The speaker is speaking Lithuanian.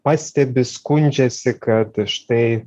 pastebi skundžiasi kad štai